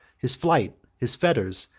his flight, his fetters,